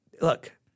look